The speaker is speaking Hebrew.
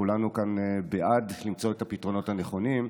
כולנו כאן בעד למצוא את הפתרונות הנכונים.